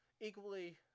equally